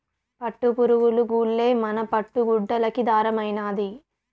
పట్టుపురుగులు గూల్లే మన పట్టు గుడ్డలకి దారమైనాది